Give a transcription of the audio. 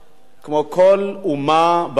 כמו כל אומה בעולם.